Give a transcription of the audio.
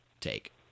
take